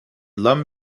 lum